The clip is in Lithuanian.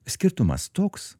skirtumas toks